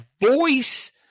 voice